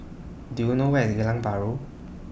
Do YOU know Where IS Geylang Bahru